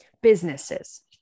businesses